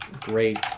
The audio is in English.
Great